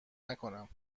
نکنم